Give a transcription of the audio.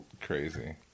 crazy